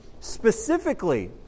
specifically